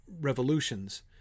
revolutions